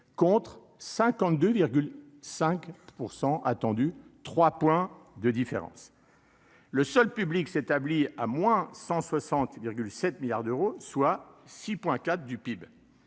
contre 52,5 % attendu trois points de différence, le seul public s'établit à moins 160 7 milliards d'euros, soit 6,4 du PIB,